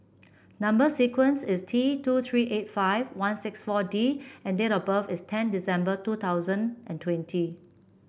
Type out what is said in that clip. number sequence is T two three eight five one six four D and date of birth is ten December two thousand and twenty